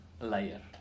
layer